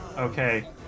Okay